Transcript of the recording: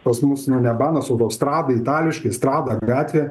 pas mus ne banas autostrada itališkai strada gatvė